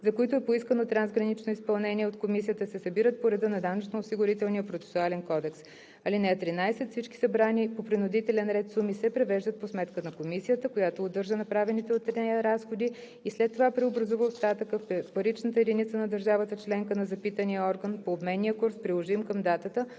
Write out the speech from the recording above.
за които е поискано трансгранично изпълнение от комисията, се събират по реда на Данъчно-осигурителния процесуален кодекс. (13) Всички събрани по принудителен ред суми се превеждат по сметка на комисията, която удържа направените от нея разходи и след това преобразува остатъка в паричната единица на държавата членка на запитания орган по обменния курс, приложим към датата,